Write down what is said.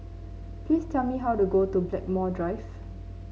please tell me how to go to Blackmore Drive